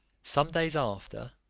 some days after,